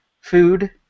food